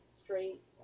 straight